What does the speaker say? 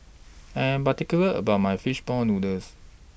I Am particular about My Fish Ball Noodles